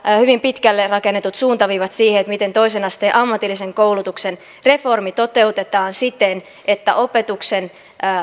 hyvin pitkälle rakennetut suuntaviivat siihen miten toisen asteen ammatillisen koulutuksen reformi toteutetaan siten että opetuksen